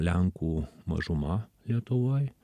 lenkų mažuma lietuvoj